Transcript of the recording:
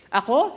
ako